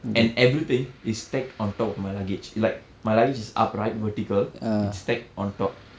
and everything is stacked on top of my luggage like my luggage is upright vertical it's stacked on top